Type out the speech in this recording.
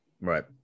Right